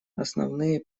основные